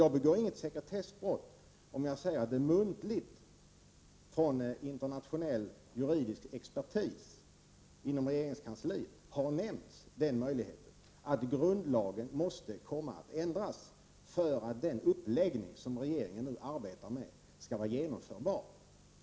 Jag begår inget sekretessbrott om jag säger att man muntligt från internationell juridisk expertis inom regeringskansliet har talat om möjligheten att grundlagen måste komma att ändras för att den uppläggning som regeringen nu arbetar med skall vara genomförbar.